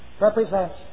Represents